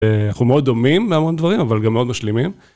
אנחנו מאוד דומים מהמון דברים, אבל גם מאוד משלימים.